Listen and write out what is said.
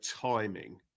timing